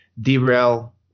derail